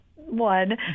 one